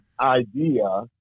idea